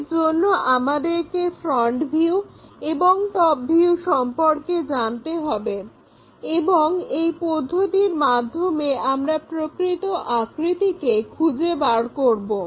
এর জন্য আমাদেরকে ফ্রন্ট ভিউ এবং টপ ভিউ সম্পর্কে জানতে হবে এবং এই পদ্ধতির মাধ্যমে আমরা প্রকৃত আকৃতিকে খুঁজে বার করব